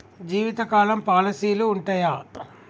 జీవితకాలం పాలసీలు ఉంటయా?